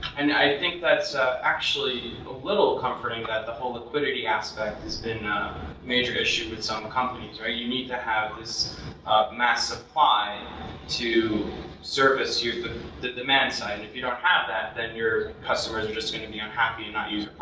and i think that's actually a little comforting that the whole liquidity aspect has been a major issue with some companies, right? you need to have this mass supply to service the the demand side. if you don't have that then your customers are just gonna be unhappy and not use